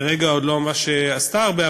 כרגע עוד לא ממש עשתה הרבה,